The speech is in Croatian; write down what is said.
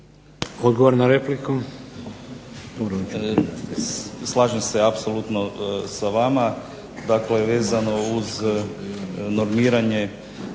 Odgovor na repliku.